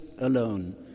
alone